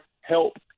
help